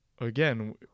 again